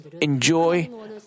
enjoy